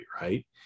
right